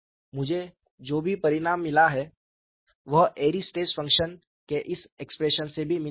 मुझे जो भी परिणाम मिला है वह एयरी स्ट्रेस फंक्शन के इस एक्सप्रेशन से भी मिल सकता है